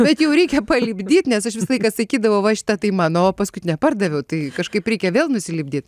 kad jau reikia palipdyt nes aš visą laiką sakydavau va šita tai mano o paskutinę pardaviau tai kažkaip reikia vėl nusilipdyt